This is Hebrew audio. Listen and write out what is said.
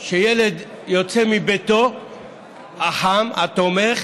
שילד יוצא מביתו החם, התומך,